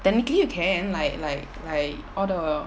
then you can you can like like I order